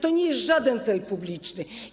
To nie jest żaden cel publiczny.